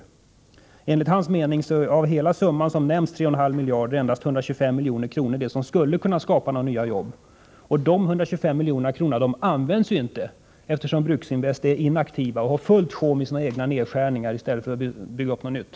Enligt Christer Janssons mening är det av hela summan på 3,5 miljarder endast 125 milj.kr. som skulle kunna skapa några nya jobb. Men de 125 miljonerna används inte, eftersom man inom Bruksinvest är inaktiv och har jämnt sjå med sina egna nedskärningar i stället för att bygga upp något nytt.